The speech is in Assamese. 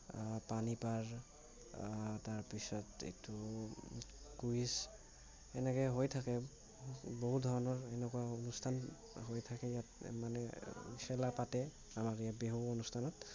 পানী পাৰ তাৰ পিছত এইটো কুইজ এনেকৈ হৈ থাকে বহুত ধৰণৰ এনেকুৱা অনুস্থান হৈ থাকে ইয়াত মানে খেলা পাতে আমাৰ এই বিহু অনুস্থানত